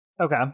Okay